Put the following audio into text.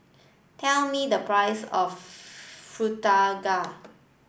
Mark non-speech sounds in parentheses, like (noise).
tell me the price of (unintelligible)